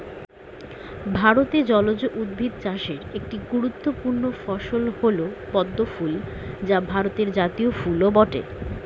ভারতে জলজ উদ্ভিদ চাষের একটি গুরুত্বপূর্ণ ফসল হল পদ্ম ফুল যা ভারতের জাতীয় ফুলও বটে